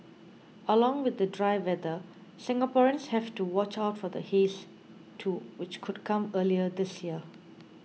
along with the dry weather Singaporeans have to watch out for the haze too which could come earlier this year